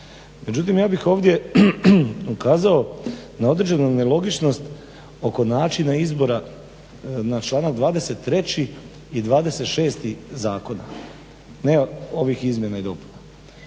Međutim, ja bih ovdje ukazao na određenu nelogičnost oko načina izbora na članak 23. i 26. zakona, ne ovih izmjena i dopuna.